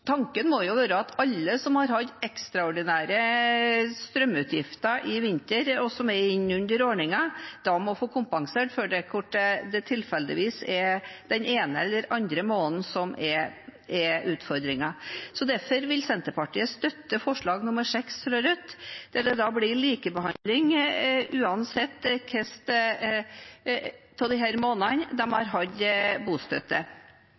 Tanken må jo være at alle som har hatt ekstraordinære strømutgifter i vinter, og som er inne under ordningen, må få kompensert for det, om det tilfeldigvis er den ene eller andre måneden som er utfordringen. Derfor vil Senterpartiet støtte forslag nr. 6, fra Rødt, som da gir likebehandling uansett hvilke av disse månedene de har hatt bostøtte.